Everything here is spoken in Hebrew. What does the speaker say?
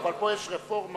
אבל פה יש רפורמה.